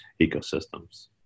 ecosystems